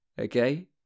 okay